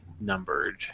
numbered